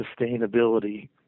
sustainability